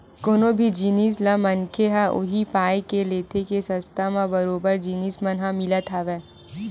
कोनो भी जिनिस ल मनखे ह उही पाय के लेथे के सस्ता म बरोबर जिनिस मन ह मिलत हवय